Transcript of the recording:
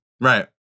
Right